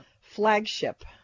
Flagship